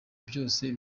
byose